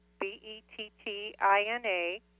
B-E-T-T-I-N-A